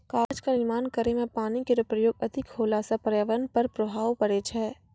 कागज क निर्माण करै म पानी केरो प्रयोग अधिक होला सँ पर्यावरण पर प्रभाव पड़ै छै